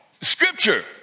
scripture